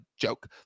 joke